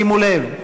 שימו לב,